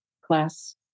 class